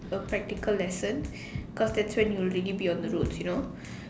the practical lesson cause that when you really be on the roads you know